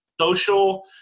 social